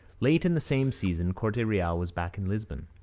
late in the same season, corte-real was back in lisbon.